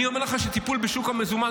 אני אומר לך שטיפול בשוק המזומן,